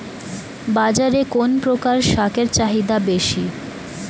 বাজারে কোন প্রকার শাকের চাহিদা বেশী?